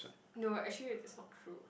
no actually it's not true